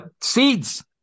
Seeds